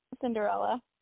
Cinderella